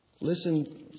Listen